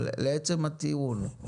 אבל לעצם הטיעון?